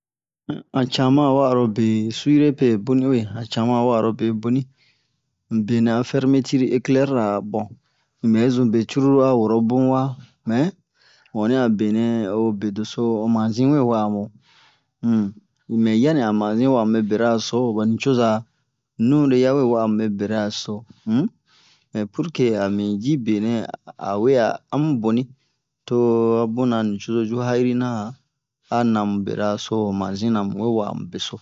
han cama wa'a ro be sire pɛ boni uwe han cama wa'a ro be boni be nɛ a fermetir eclɛr ra bon in bɛ zun be cruru a woro bun wa mɛ mu onni a be nɛ o bedeso o manzi we wa'a mu um mɛ yani a manzi wa'a mu be bera so bani coza nure ya we wa'a mu be bera so um mɛ purke a mi ji be nɛ a we a amu boni to a buna nucozo ju ha'irina a na mu bera so ho manzi na mu we wa'a mu beso